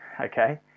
okay